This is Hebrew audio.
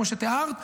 כמו שתיארת,